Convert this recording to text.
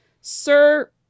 Sir